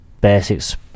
basics